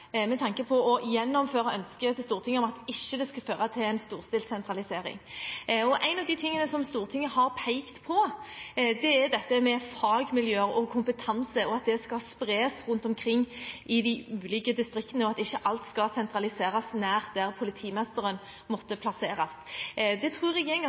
med tanke på å gjennomføre ønsket til Stortinget om at dette ikke skulle føre til en storstilt sentralisering. En av de tingene som Stortinget har pekt på, er at fagmiljøer og kompetanse skal spres rundt omkring i de ulike distriktene, at ikke alt skal sentraliseres nær der politimesteren måtte plasseres. Det tror